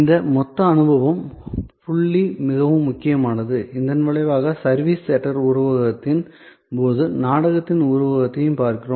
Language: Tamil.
இந்த மொத்த அனுபவப் புள்ளி மிகவும் முக்கியமானது இதன் விளைவாக சர்வீஸ் தியேட்டர் உருவகத்தின் போது நாடகத்தின் உருவகத்தையும் பார்க்கிறோம்